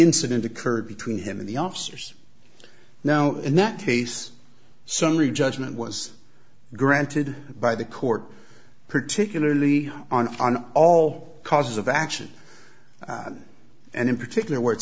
incident occurred between him and the officers now in that case summary judgment was granted by the court particularly on on all causes of action and in particular w